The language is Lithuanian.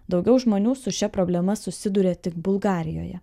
daugiau žmonių su šia problema susiduria tik bulgarijoje